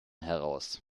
heraus